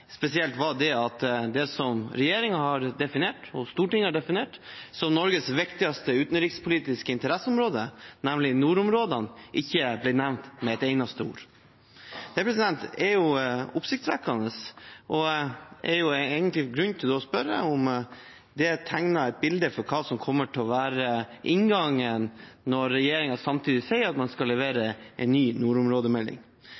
spesielt var at det som regjeringen og Stortinget har definert som Norges viktigste utenrikspolitiske interesseområder, nemlig nordområdene, ikke ble nevnt med et eneste ord. Det er oppsiktsvekkende og egentlig grunn til å spørre om det tegner et bilde av hva som kommer til å være inngangen når regjeringen samtidig sier man skal